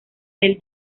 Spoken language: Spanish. del